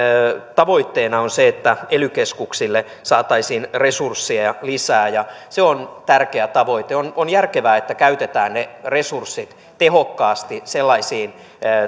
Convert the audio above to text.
tavoitteena on se että ely keskuksille saataisiin resursseja lisää se on tärkeä tavoite on on järkevää että käytetään ne resurssit tehokkaasti sellaisiin